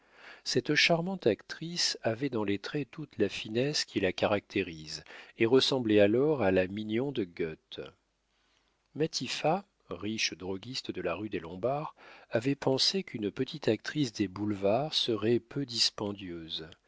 cette charmante actrice avait dans les traits toute la finesse qui la caractérise et ressemblait alors à la mignon de gœthe matifat riche droguiste de la rue des lombards avait pensé qu'une petite actrice des boulevards serait peu dispendieuse